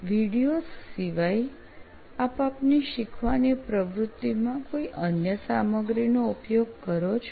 videos સિવાય આપ આપની શીખવાની પ્રવૃત્તિમાં કોઈ અન્ય સામગ્રીનો ઉપયોગ કરો છો